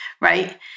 right